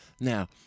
Now